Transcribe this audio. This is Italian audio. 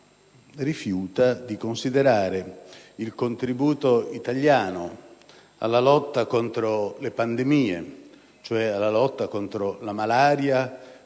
rifiuta di considerare il contributo italiano alla lotta contro le pandemie, cioè alla lotta contro la malaria,